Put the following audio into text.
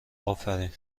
آفرین